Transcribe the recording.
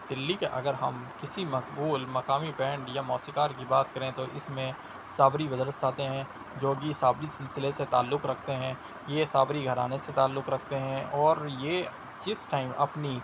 دلی کے اگر ہم کسی مقبول مقامی بینڈ یا موسیقار کی بات کریں تو اس میں صابری بدرس آتے ہیں جو کہ صابری سلسلے سے تعلق رکھتے ہیں یہ صابری گھرانے سے تعلق رکھتے ہیں اور یہ جس ٹائم اپنی